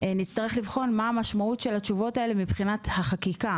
נצטרך לבחון מה המשמעות של התשובות האלה מבחינת החקיקה.